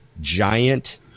giant